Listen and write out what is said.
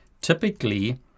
Typically